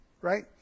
right